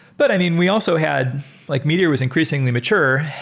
but i mean, we also had like meteor was increasingly mature,